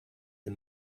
the